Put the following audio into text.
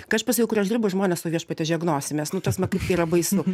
kai aš pasakau kur aš dirbu žmonės o viešpatie žegnosimės nu ta prasme kaip yra baisu